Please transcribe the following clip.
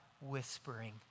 whispering